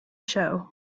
show